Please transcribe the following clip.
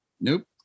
Nope